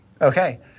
Okay